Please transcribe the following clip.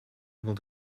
able